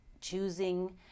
choosing